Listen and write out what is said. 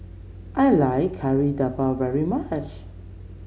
I like Kari Debal very much